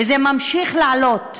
וזה ממשיך לעלות,